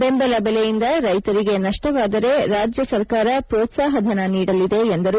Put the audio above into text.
ಬೆಂಬಲ ಬೆಲೆಯಿಂದ ರೈತರಿಗೆ ನಷ್ಟವಾದರೆ ರಾಜ್ಯ ಸರ್ಕಾರ ಪ್ರೋತ್ಸಾಹ ಧನ ನೀಡಲಿದೆ ಎಂದರು